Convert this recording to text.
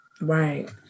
Right